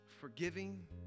Forgiving